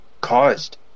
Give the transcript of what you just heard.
caused